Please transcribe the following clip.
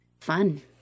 fun